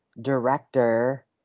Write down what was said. director